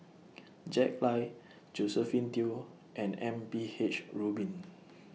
Jack Lai Josephine Teo and M P H Rubin